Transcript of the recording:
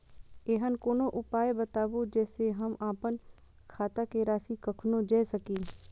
ऐहन कोनो उपाय बताबु जै से हम आपन खाता के राशी कखनो जै सकी?